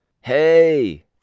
Hey